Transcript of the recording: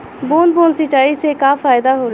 बूंद बूंद सिंचाई से का फायदा होला?